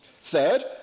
Third